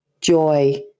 joy